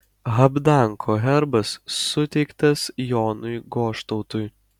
habdanko herbas suteiktas jonui goštautui